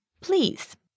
please